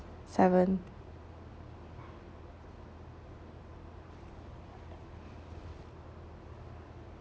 seven